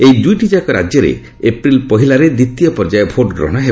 ଏହି ଦୁଇଟିଯାକ ରାଜ୍ୟରେ ଏପ୍ରିଲ୍ ପହିଲାରେ ଦ୍ୱିତୀୟ ପର୍ଯ୍ୟାୟ ଭୋଟ ଗ୍ରହଣ ହେବ